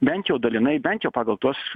bent jau dalinai bent jau pagal tuos